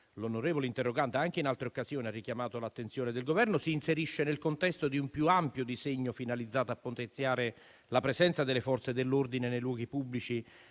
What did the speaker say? l'onorevole interrogante anche in altre occasioni ha richiamato l'attenzione del Governo, si inserisce nel contesto di un più ampio disegno finalizzato a potenziare la presenza delle Forze dell'ordine nei luoghi pubblici